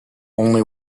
only